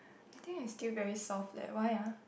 I think I still very soft leh why ah